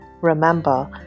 Remember